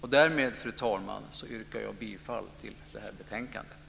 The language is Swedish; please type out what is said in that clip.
Fru talman! Därmed yrkar jag bifall till förslaget i betänkandet.